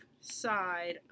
side